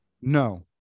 No